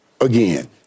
again